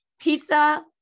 pizza